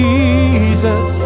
Jesus